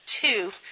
Two